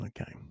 okay